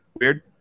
Weird